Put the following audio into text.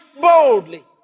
boldly